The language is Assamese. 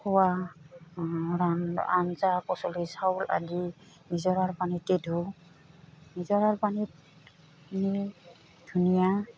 খোৱা আঞ্জা পাচলি চাউল আদি নিজৰাৰ পানীতে ধুওঁ নিজৰাৰ পানীত ধুনীয়া